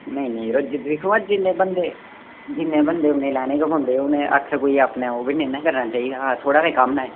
नेईं नेईं यरो दिक्खो आं जिन्ने बनदे जिन्ने बनदे उन्ने लैने गै पौंदे न हून आक्खै कोई अपना ओह्बी निं ना करना चाहिदा थुआढ़ा ते कम्म ऐ